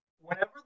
whenever